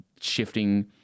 shifting